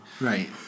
right